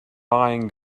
lying